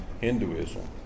Hinduism